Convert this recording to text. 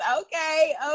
okay